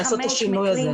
לעשות את השינוי הזה.